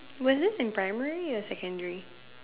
was this in primary or secondary